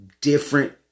Different